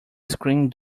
screen